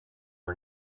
are